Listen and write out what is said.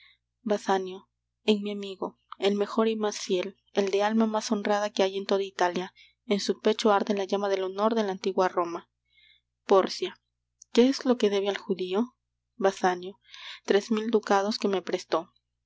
basanio en mi amigo el mejor y más fiel el de alma más honrada que hay en toda italia en su pecho arde la llama del honor de la antigua roma pórcia qué es lo que debe al judío basanio tres mil ducados que me prestó